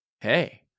Hey